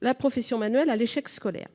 la profession manuelle à l'échec scolaire.